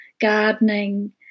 gardening